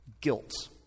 guilt